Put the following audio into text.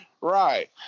Right